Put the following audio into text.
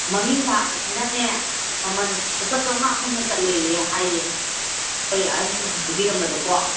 ꯃꯃꯤꯡ ꯊꯥꯕꯁꯤꯅꯅꯦ ꯃꯃꯟ ꯂꯨꯄꯥ ꯆꯥꯝꯃꯉꯥꯃꯨꯛ ꯍꯦꯟꯒꯠꯂꯦꯌꯦ ꯍꯥꯏꯌꯦ ꯑꯩꯈꯣꯏ ꯑꯍꯟꯁꯤꯡꯅ ꯍꯥꯏꯕꯤꯔꯝꯕꯗꯀꯣ